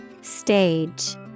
Stage